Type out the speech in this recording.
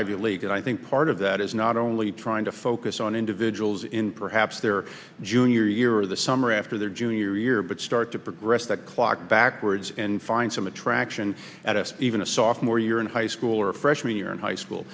ivy league and i think part of that is not only trying to focus on individuals in perhaps their junior year or the summer after their junior year but start to progress that clock backwards and find some attraction at a even a sophomore year in high school or freshman year in high